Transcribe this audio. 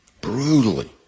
brutally